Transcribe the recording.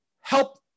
help